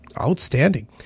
Outstanding